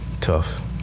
tough